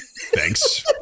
thanks